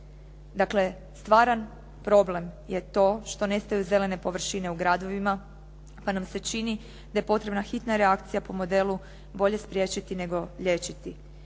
Dakle, stvaran problem je to što nestaju zelene površine u gradovima pa nam se čini da je potrebna hitna reakcija po modelu “bolje spriječiti nego liječiti“.